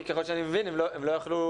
כי ככל שאני מבין הם לא יכלו